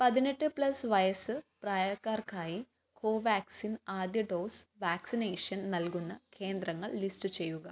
പതിനെട്ട് പ്ലസ് വയസ്സ് പ്രായക്കാർക്കായി കോവാക്സിൻ ആദ്യ ഡോസ് വാക്സിനേഷൻ നൽകുന്ന കേന്ദ്രങ്ങൾ ലിസ്റ്റ് ചെയ്യുക